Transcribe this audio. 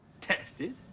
tested